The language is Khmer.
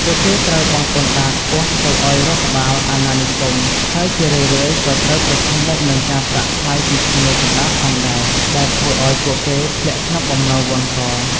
ពួកគេត្រូវបង់ពន្ធដារខ្ពស់ទៅឱ្យរដ្ឋបាលអាណានិគម ហើយជារឿយៗក៏ត្រូវប្រឈមមុខនឹងការប្រាក់ថ្លៃពីឈ្មួញកណ្ដាលផងដែរ ដែលធ្វើឱ្យពួកគេធ្លាក់ក្នុងបំណុលវ័ណ្ឌក។